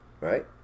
right